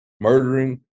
murdering